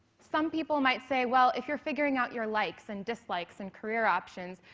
some people might say, well, if you're figuring out your likes and dislikes and career options,